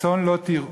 הצאן לא תרעו.